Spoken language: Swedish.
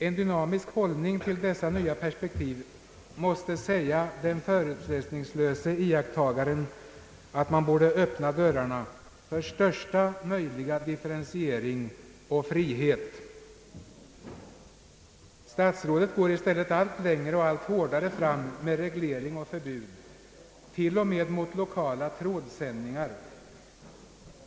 En dynamisk hållning till dessa nya perspektiv måste säga den förutsättningslöse iakttagaren, att man borde öppna dörrarna för största möjliga differentiering och frihet. Statsrådet går i stället allt längre och allt hårdare fram med reglering och förbud, t.o.m., mot lokala trådsändningar.